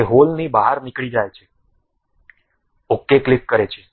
તેથી તે હોલની બહાર નીકળી જાય છે ok ક્લિક કરે છે